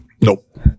Nope